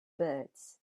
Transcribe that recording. birds